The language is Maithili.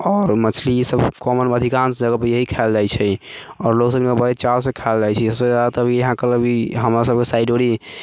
आओर मछली ई सभ गाँवमे अधिकांश जगहपर यही खायल जाइ छै आओर लोक सभ इहाँ बड़े चावसँ खाइ छै सभसँ जादा तऽ इहाँके अभी हमरा सभ साइड ओरी